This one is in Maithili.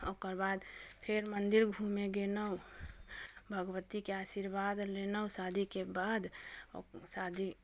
ओकर बाद फेर मन्दिर घुमै गेनहुँ भगवतीके आशीर्वाद लेनहुँ शादीके बाद शादी